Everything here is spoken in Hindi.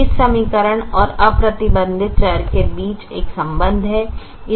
तो इस समीकरण और अप्रतिबंधित चर के बीच एक संबंध है